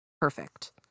Perfect